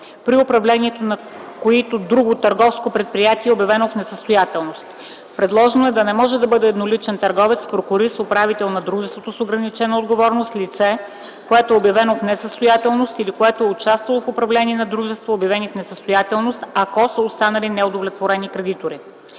при управлението на които друго търговско предприятие е обявено в несъстоятелност. Предложено е да не може да бъде едноличен търговец, прокурист, управител на дружество с ограничена отговорност лице, което е обявено в несъстоятелност или което е участвало в управлението на дружества, обявени в несъстоятелност, ако са останали неудовлетворени кредитори.